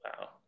Wow